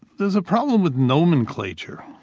there's a problem with nomenclature.